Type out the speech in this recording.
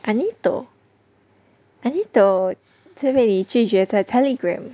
Anito Anito 是被你拒绝在 Telegram